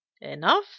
Enough